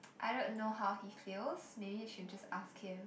I don't know how he feels maybe you should just ask him